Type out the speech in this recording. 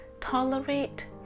tolerate